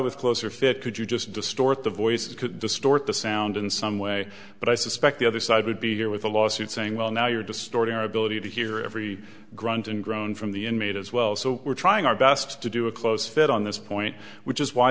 with closer fit could you just distort the voices could distort the sound in some way but i suspect the other side would be here with a lawsuit saying well now you're distorting our ability to hear every grunt and groan from the inmate as well so we're trying our best to do a close fit on this point which is why